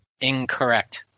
Incorrect